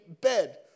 bed